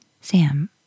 Sam